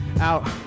out